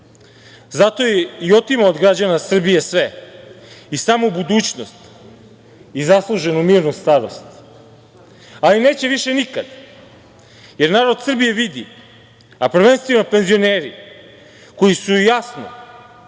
zato je i otimao od građana Srbije sve, i samu budućnost, i zasluženu mirnu starost. Ali, neće više nikad, jer narod Srbije vidi, a prvenstveno penzioneri, koji su jasno